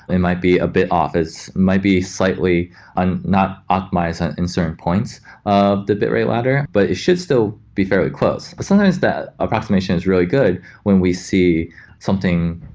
it might be a bit off. it might be slightly and not optimized in certain points of the bitrate ladder, but it should still be fairly close sometimes that approximation is really good when we see something,